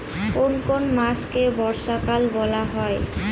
কোন কোন মাসকে বর্ষাকাল বলা হয়?